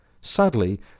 Sadly